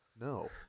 no